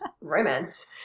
romance